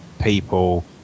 people